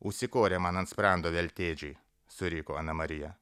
užsikorė man ant sprando veltėdžiai suriko ana marija